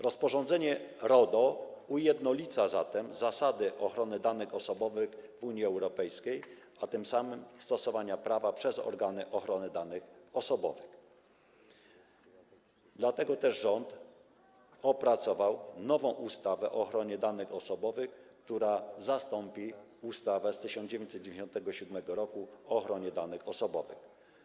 Rozporządzenie RODO ujednolica zatem zasady ochrony danych osobowych w Unii Europejskiej, a tym samym stosowania prawa przez organy ochrony danych osobowych, dlatego też rząd opracował nową ustawę o ochronie danych osobowych, która zastąpi ustawę z 1997 r. o ochronie danych osobowych.